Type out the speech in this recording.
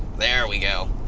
there we go,